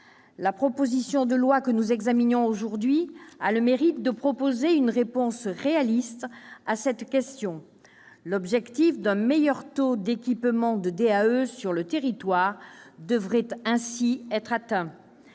La proposition de loi que nous examinons aujourd'hui a le mérite de proposer une réponse réaliste à cette question. L'objectif d'un meilleur taux d'équipement de DAE sur le territoire devrait ainsi être atteint.